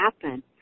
happen